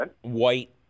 white